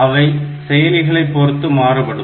அவை செயலிகளைப் பொறுத்து மாறுபடும்